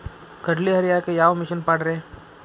ಕಡ್ಲಿ ಹರಿಯಾಕ ಯಾವ ಮಿಷನ್ ಪಾಡ್ರೇ?